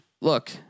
look